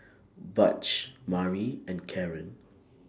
Butch Mari and Caren